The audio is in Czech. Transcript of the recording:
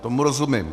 Tomu rozumím.